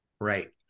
Right